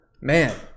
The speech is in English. Man